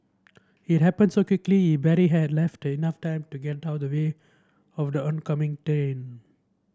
it happened so quickly he barely had enough time to get out of the way of the oncoming train